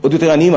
עוד יותר עניים,